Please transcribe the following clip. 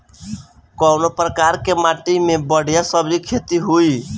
कवने प्रकार की माटी में बढ़िया सब्जी खेती हुई?